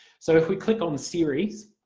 so if we click on the series